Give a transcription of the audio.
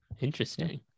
Interesting